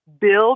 build